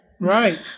Right